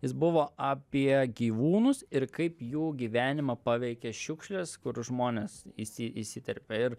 jis buvo apie gyvūnus ir kaip jų gyvenimą paveikė šiukšlės kur žmonės įsi įsiterpia ir